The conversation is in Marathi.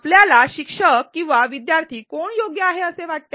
आपल्याला शिक्षक किंवा विद्यार्थी कोण योग्य आहे असे वाटते